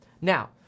Now